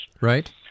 Right